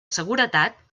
seguretat